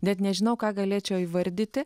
net nežinau ką galėčiau įvardyti